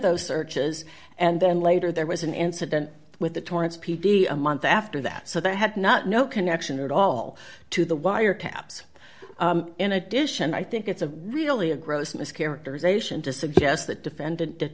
those searches and then later there was an incident with the torrance p d a month after that so they had not no connection at all to the wire taps in addition i think it's a really a gross mischaracterization to suggest that defendant did